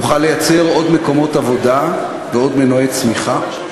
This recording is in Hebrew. נוכל לייצר עוד מקומות עבודה ועוד מנועי צמיחה,